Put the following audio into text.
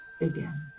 again